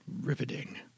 Riveting